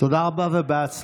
תודה רבה ובהצלחה.